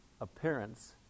appearance